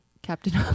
Captain